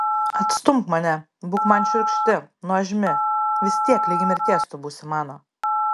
atstumk mane būk man šiurkšti nuožmi vis tiek ligi mirties tu būsi mano